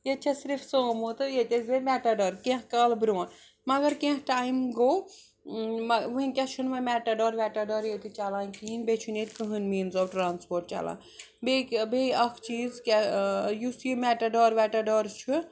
ییٚتہِ چھَس صِرف سومو تہٕ ییٚتہِ ٲسۍ بیٚیہِ مٮ۪ٹاڈار کیٚنٛہہ کالہٕ برٛونٛہہ مگر کیٚنٛہہ ٹایِم گوٚو وٕنکٮ۪س چھُنہٕ وَنۍ مٮ۪ٹاڈار وٮ۪ٹاڈار ییٚتہِ چَلان کِہیٖنۍ بیٚیہِ چھُنہٕ ییٚتہِ کٕہٕنۍ میٖنٕز آف ٹرٛانَسپوٹ چَلان بیٚیہِ کہِ بیٚیہِ اَکھ چیٖز کیٛاہ یُس یہِ مٮ۪ٹاڈار وٮ۪ٹَڈار چھُ